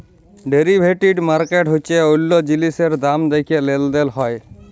derivative market হচ্যে অল্য জিলিসের দাম দ্যাখে লেলদেল হয়